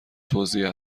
توزیع